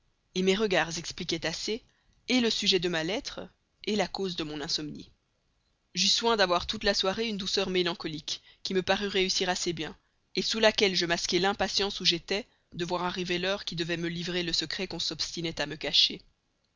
rendrait mes regards expliquaient assez le sujet de ma lettre la cause de mon insomnie j'eus soin d'avoir toute la soirée une douceur mélancolique qui me parut réussir assez bien sous laquelle je masquai l'impatience où j'étais de voir arriver l'heure qui devait me livrer le secret qu'on s'obstinait à me cacher